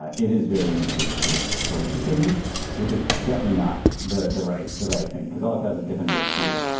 ah it is very easy to just be like what you just say to me which is definitely not the the right the right thing because all it does is get him to repeat it.